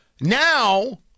Now